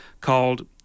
called